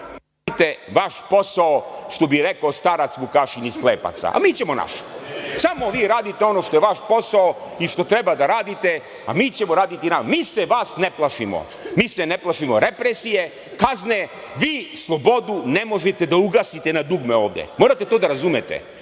radite vaš posao, što bih rekao starac Vukašin iz Klepaca, a mi ćemo naš. Samo vi radite ono što je vaš posao i što treba da radite, a mi ćemo raditi naš. Mi se vaš ne plašimo. Mi se ne plašimo represije, kazne. Vi slobodu ne možete da ugasite na dugme ovde. Morate to da razumete. Mi